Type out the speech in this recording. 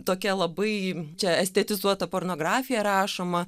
tokia labai čia estetizuota pornografija rašoma